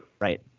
Right